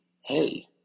Hey